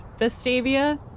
Vestavia